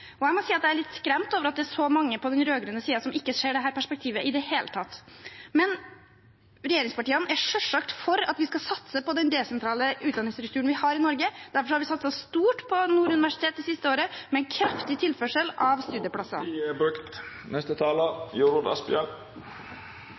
Jeg må si jeg er litt skremt over at det er så mange på den rød-grønne siden som ikke ser dette perspektivet i det hele tatt. Regjeringspartiene er selvsagt for at vi skal satse på den desentrale utdanningsstrukturen vi har i Norge. Derfor har vi satset stort på Nord universitet det siste året, med en kraftig tilførsel av studieplasser.